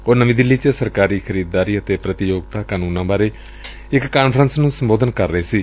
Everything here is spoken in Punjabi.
ਉਹ ਨਵੀਂ ਦਿੱਲੀ ਚ ਸਰਕਾਰੀ ਖਰੀਦਦਾਰੀ ਅਤੇ ਪ੍ਰਤੀਯੋਗਤਾ ਕਾਨੁੰਨਾਂ ਬਾਰੇ ਇਕ ਕਾਨਫਰੰਸ ਨੁੰ ਸੰਬੋਧਨ ਕਰ ਰਹੇ ਸਨ